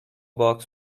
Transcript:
box